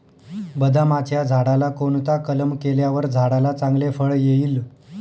बदामाच्या झाडाला कोणता कलम केल्यावर झाडाला चांगले फळ येईल?